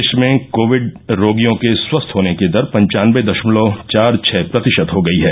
देश में कोविड रोगियों के स्वस्थ होने की दर पंचानबे दशमलव चार छह प्रतिशत हो गई है